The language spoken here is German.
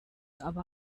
aber